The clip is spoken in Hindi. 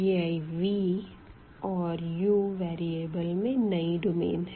यह v और u वेरीअबल में नयी डोमेन है